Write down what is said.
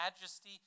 majesty